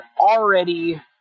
already